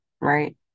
right